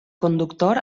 conductor